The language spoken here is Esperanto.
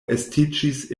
estiĝis